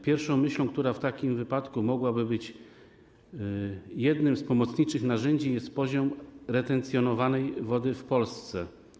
Pierwszą myślą, która w takim wypadku mogłaby być jednym z pomocniczych narzędzi, jest poziom retencjonowanej wody w Polsce.